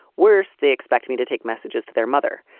worse, they expect me to take messages to their mother.